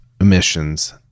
emissions